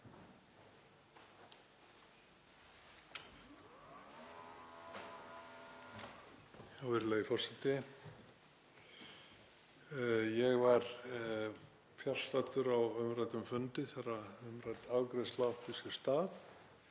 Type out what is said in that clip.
Ég var fjarstaddur á umræddum fundi þegar umrædd afgreiðsla átti sér stað